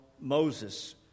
Moses